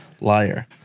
Liar